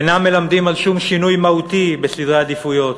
אינם מלמדים על שום שינוי מהותי בסדרי העדיפויות.